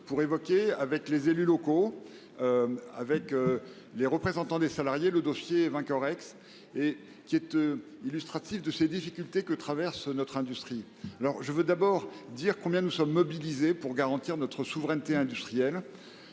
pour évoquer, avec les élus locaux et les représentants des salariés, ce dossier révélateur des difficultés que traverse notre industrie. Je veux d’abord dire combien nous sommes mobilisés pour garantir notre souveraineté industrielle.